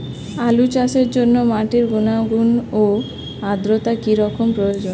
আলু চাষের জন্য মাটির গুণাগুণ ও আদ্রতা কী রকম প্রয়োজন?